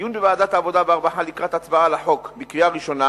בדיון בוועדת העבודה והרווחה לקראת הצבעה על החוק בקריאה ראשונה